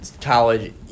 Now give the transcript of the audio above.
college